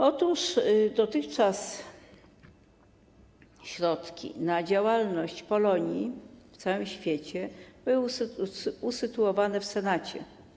Otóż dotychczas środki na działalność Polonii w całym świecie były usytuowane w Senacie.